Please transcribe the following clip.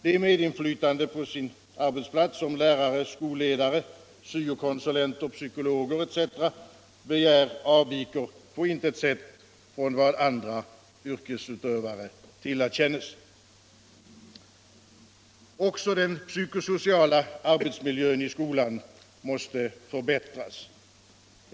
Det medinflytande på sin arbetsplats som lärare, skolledare, syokonsulenter och psykologer begär avviker på intet sätt från vad andra yrkesutövare tillerkänns. Också den psykosociala arbetsmiljön i skolan måste törbättras.